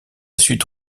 suite